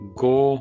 go